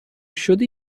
شدی